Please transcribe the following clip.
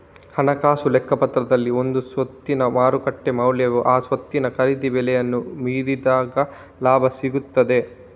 ಹಣಕಾಸು ಲೆಕ್ಕಪತ್ರದಲ್ಲಿ ಒಂದು ಸ್ವತ್ತಿನ ಮಾರುಕಟ್ಟೆ ಮೌಲ್ಯವು ಆ ಸ್ವತ್ತಿನ ಖರೀದಿ ಬೆಲೆಯನ್ನ ಮೀರಿದಾಗ ಲಾಭ ಸಿಗ್ತದೆ